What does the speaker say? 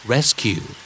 Rescue